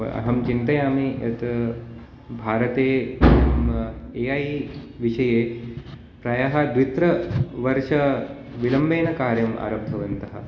अहं चिन्तयामि यत् भारते ए ऐ विषये प्रायः द्वित्रिवर्ष विलम्बेन कार्यं आरब्धवन्तः